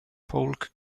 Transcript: polk